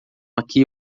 aqui